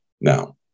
Now